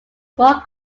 small